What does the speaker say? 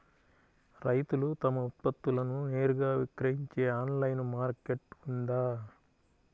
రైతులు తమ ఉత్పత్తులను నేరుగా విక్రయించే ఆన్లైను మార్కెట్ ఉందా?